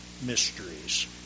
mysteries